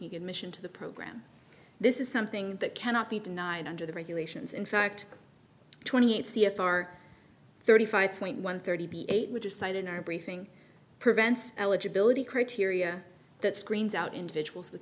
admission to the program this is something that cannot be denied under the regulations in fact twenty eight c f r thirty five point one thirty eight which is site in our briefing prevents eligibility criteria that screens out individuals with